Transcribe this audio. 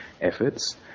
efforts